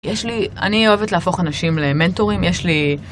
יש לי... אני אוהבת להפוך אנשים למנטורים, יש לי...